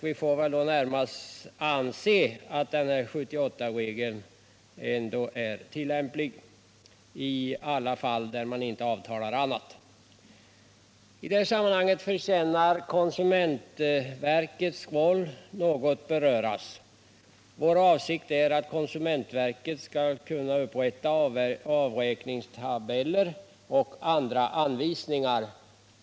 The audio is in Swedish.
Vi får väl då närmast anse att 78-regeln ändå är tillämplig, i alla fall där man inte avtalar annat. I det sammanhanget förtjänar konsumentverkets roll att något beröras. Vår avsikt är att konsumentverket skall kunna upprätta avräkningstabeller och andra anvisningar.